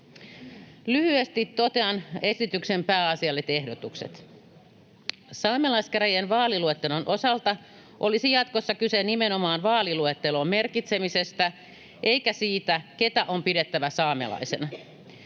Lyhyesti totean esityksen pääasialliset ehdotukset: Saamelaiskäräjien vaaliluettelon osalta olisi jatkossa kyse nimenomaan vaaliluetteloon merkitsemisestä eikä siitä, ketä on pidettävä saamelaisena.